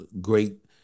great